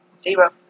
Zero